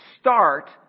start